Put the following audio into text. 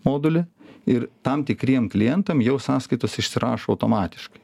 modulį ir tam tikriem klientam jau sąskaitos išsirašo automatiškai